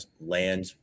land